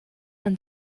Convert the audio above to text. and